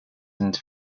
into